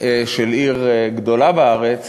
של עיר גדולה בארץ